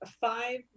five